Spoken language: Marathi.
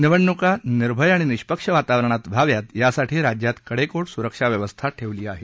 निवडणुका निर्भय आणि निष्पक्ष वातावरणात व्हावा यासाठी राज्यात कडेकोट सुरक्षा व्यवस्था ठेवण्यात आली आहे